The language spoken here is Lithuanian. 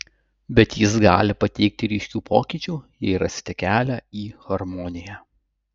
bet jis gali pateikti ryškių pokyčių jei rasite kelią į harmoniją